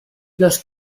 los